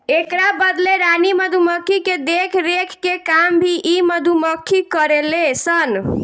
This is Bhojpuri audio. एकरा बदले रानी मधुमक्खी के देखरेख के काम भी इ मधुमक्खी करेले सन